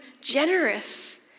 generous